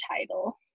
title